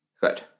Good